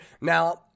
Now